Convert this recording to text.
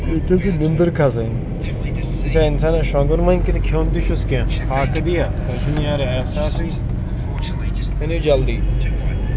ییٚتہِ ہٮ۪ژٕنۍ نِندٕر کھسٕنۍ چھا اِنسانَس شۄنٛگُن وۄنۍ کِنہٕ کھیوٚن تہِ چھُس کیٚنٛہہ فاقہٕ دِیا تۄہہِ چھُو نہٕ یارٕ احساسٕے أنِو جلدی